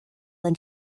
than